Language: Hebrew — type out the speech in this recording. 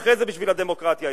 ואחרי זה בשביל הדמוקרטיה הישראלית.